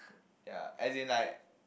ya as in like